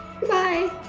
Goodbye